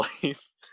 place